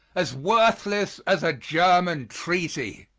as worthless as a german treaty.